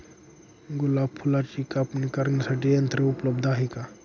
गुलाब फुलाची कापणी करण्यासाठी यंत्र उपलब्ध आहे का?